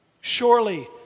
Surely